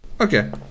okay